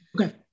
okay